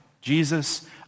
Jesus